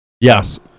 Yes